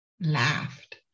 Laughed